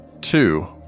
Two